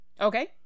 Okay